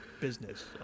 business